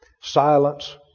Silence